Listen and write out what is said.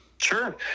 Sure